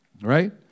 right